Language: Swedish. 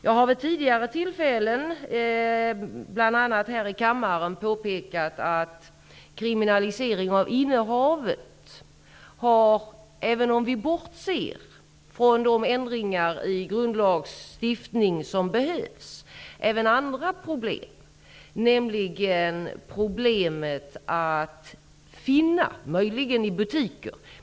Jag har vid tidigare tillfällen, bl.a. här i kammaren, påpekat att kriminalisering av innehavet, även om vi bortser från de ändringar i grundlag som skulle behövas, även innebär andra problem. Ett problem är att det kan finnas barnpornografi i butiker.